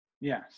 yes